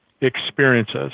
experiences